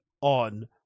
on